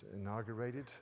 inaugurated